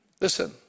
listen